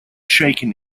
shaken